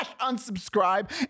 unsubscribe